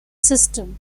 system